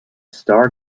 starred